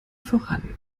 voran